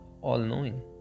all-knowing